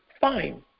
fine